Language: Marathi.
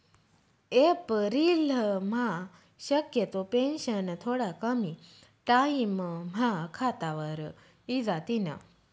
एप्रिलम्हा शक्यतो पेंशन थोडा कमी टाईमम्हा खातावर इजातीन